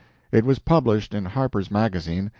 it was published in harper's magazine,